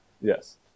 Yes